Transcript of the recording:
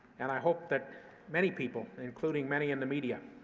and i hope that many people, including many in the media,